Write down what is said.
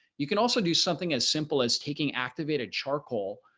you can also do something as simple as taking activated charcoal,